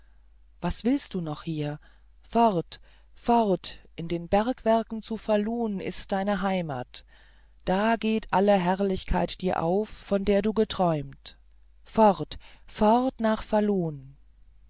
was willst du noch hier fort fort in den bergwerken zu falun ist deine heimat da geht alle herrlichkeit dir auf von der du geträumt fort fort nach